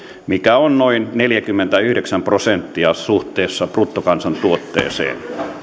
mikä on noin neljäkymmentäyhdeksän prosenttia suhteessa bruttokansantuotteeseen